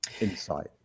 insight